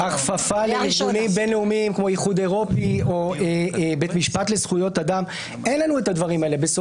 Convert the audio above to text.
לא יעלה על הדעת שלא יהיה